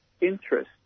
interest